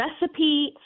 recipe